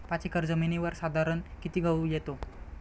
पाच एकर जमिनीवर साधारणत: किती गहू येतो?